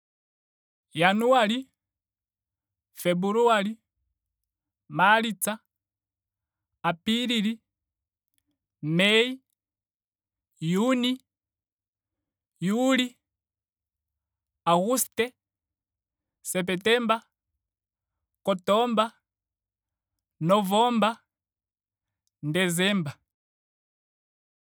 Januali. Februali. Maalitsa. Apilili. Mayjune. July. Auguste. Sepetemba. Kotoba. Novemba. Desemba